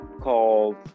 called